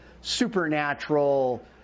supernatural